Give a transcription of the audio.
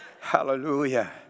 hallelujah